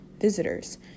Visitors